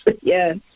yes